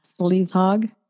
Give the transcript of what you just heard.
SleeveHog